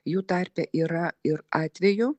jų tarpe yra ir atvejų